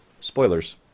spoilers